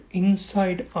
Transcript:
inside